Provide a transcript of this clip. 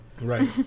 Right